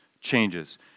changes